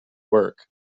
work